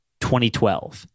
2012